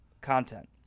content